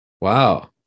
Wow